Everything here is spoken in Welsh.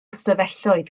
stafelloedd